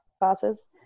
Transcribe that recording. classes